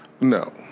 No